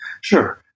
Sure